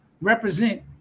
represent